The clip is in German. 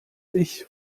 ich